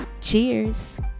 Cheers